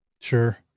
Sure